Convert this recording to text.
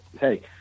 hey